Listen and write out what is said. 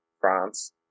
France